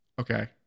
Okay